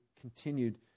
continued